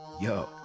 yo